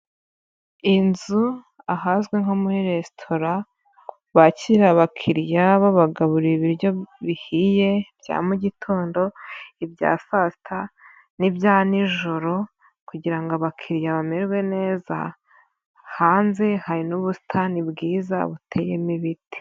Inzu ahazwi nko muri resitora, bakira abakiriya babagaburira ibiryo bihiye, bya mugitondo, ibya saa sita, nibya nijoro, kugira ngo abakiriya bamererwe neza, hanze hari n'ubusitani bwiza buteyemo ibiti.